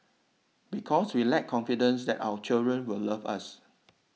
because we lack confidence that our children will love us